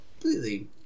completely